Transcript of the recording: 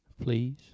Please